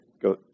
go